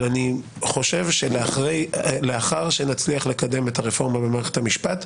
אני חושב שלאחר שנצליח לקדם את הרפורמה במערכת המשפט,